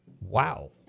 Wow